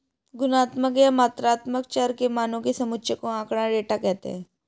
गुणात्मक या मात्रात्मक चर के मानों के समुच्चय को आँकड़ा, डेटा कहते हैं